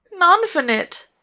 Nonfinite